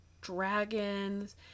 dragons